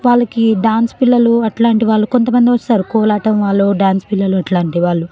వాళ్ళకి డాన్స్ పిల్లలు అట్లాంటి వాళ్ళు కొంతమంది వస్తారు కోలాటం వాళ్ళు డాన్స్ పిల్లల అట్లాంటి వాళ్ళు